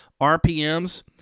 RPMs